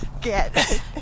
get